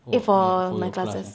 oh for your class eh